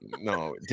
no